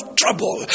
trouble